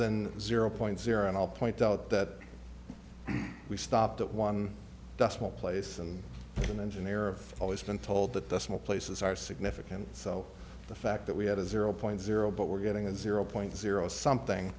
than zero point zero and i'll point out that we stopped at one decimal place and an engineer of always been told that the small places are significant so the fact that we had a zero point zero but we're getting a zero point zero something